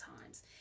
times